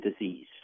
Disease